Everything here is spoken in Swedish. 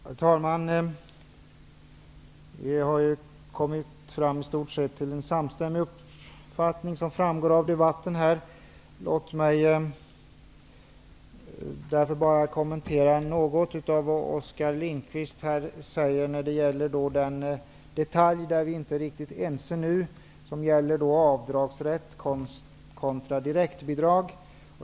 Herr talman! Vi har i stort sett kommit fram till en samstämmig uppfattning, vilket framgår av debatten här. Låt mig bara kommentera det som Oskar Lindkvist säger när det gäller den detalj som vi inte är riktigt ense om, nämligen avdragsrätt eller direktbidrag.